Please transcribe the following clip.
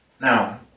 Now